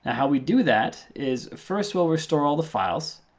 how we do that is first we'll restore all the files.